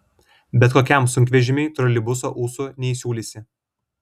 bet kokiam sunkvežimiui troleibuso ūsų neįsiūlysi